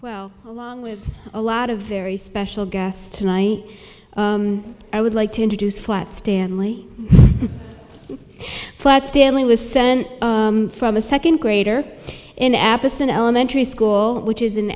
well along with a lot of very special guests tonight i would like to introduce flat stanley flat stanley was sent from a second grader in apison elementary school which is an